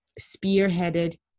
spearheaded